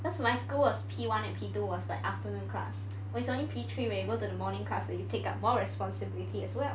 cause my school was P one and P two was like afternoon class it's only P three when you go to the morning class that you take up more responsibility as well